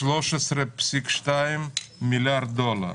13.2 מיליארד דולר.